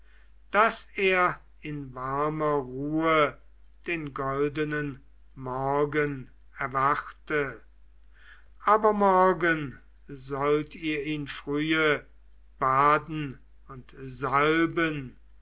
daß er in warmer ruhe den goldenen morgen erwarte aber morgen sollt ihr ihn frühe baden und salben